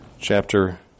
chapter